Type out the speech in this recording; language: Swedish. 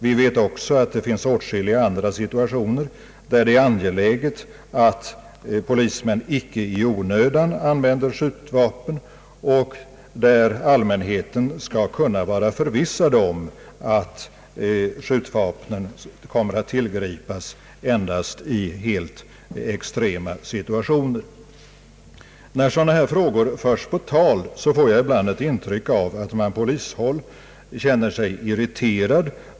Vi vet också att det finns åtskilliga andra situationer, där det är angeläget att polismän icke i onödan använder skjutvapen och där allmänheten skall kunna vara förvissad om att skjutvapen kommer att tillgripas endast i helt extrema lägen. När sådana här frågor förs på tal, får jag ibland ett intryck av att man på polishåll känner sig irriterad.